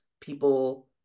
people